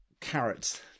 carrots